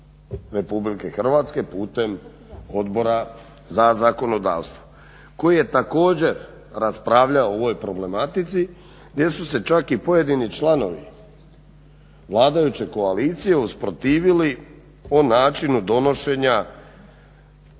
Republike Hrvatske putem Odbora za zakonodavstvo koji je također raspravljao o ovoj problematici gdje su se čak i pojedini članovi vladajuće koalicije usprotivili o načinu donošenja